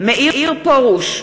מאיר פרוש,